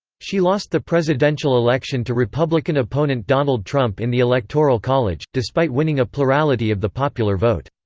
she lost the presidential election to republican opponent donald trump in the electoral college, despite winning a plurality of the popular vote.